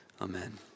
Amen